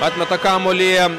atmeta kamuolį